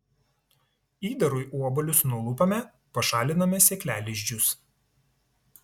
įdarui obuolius nulupame pašaliname sėklalizdžius